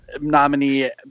nominee